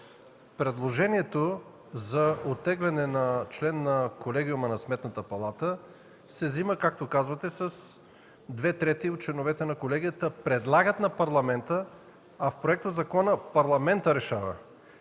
предложението за оттегляне на член на колегиума на Сметната палата се взема, както казвате, с две трети от членовете на колегията – предлагат на Парламента, а в проектозакона – Парламентът решава.